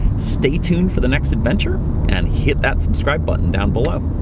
stay tuned for the next adventure and hit that subscribe button down below.